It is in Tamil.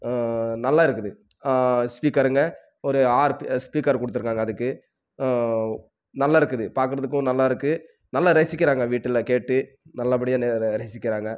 நல்லா இருக்குது ஸ்பீக்கருங்க ஒரு ஆறு ஸ்பீக்கர் கொடுத்துருக்காங்க அதுக்கு நல்லா இருக்குது பார்க்குறதுக்கும் நல்லா இருக்குது நல்லா ரசிக்கிறாங்கள் வீட்டில் கேட்டு நல்லபடியாக ரசிக்கிறாங்கள்